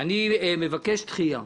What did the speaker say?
אני מבקש דחייה.